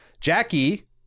Jackie